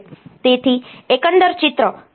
તેથી એકંદર ચિત્ર તે કેવું દેખાય છે